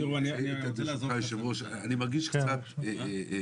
תראה יושב הראש, אני מרגיש קצת מבולבל.